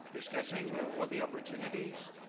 discussing all the opportunities